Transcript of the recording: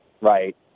right